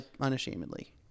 Unashamedly